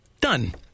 Done